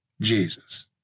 Jesus